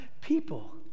people